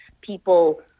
people